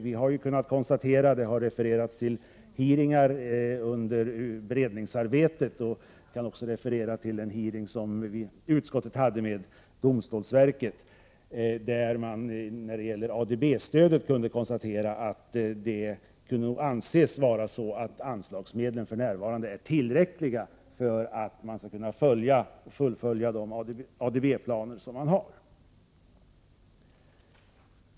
Vi har kunnat konstatera, vilket också har framkommit vid hearingar under beredningsarbetet och vid en hearing som utskottet har haft med domstolsverket, att anslagsmedlen för närvarande nog är tillräckliga för att ADB-planerna skall kunna fullföljas.